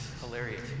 Hilarious